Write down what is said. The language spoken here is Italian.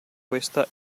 questa